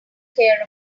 care